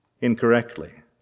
incorrectly